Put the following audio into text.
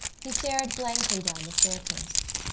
he stared blankly down the staircase.